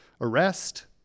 arrest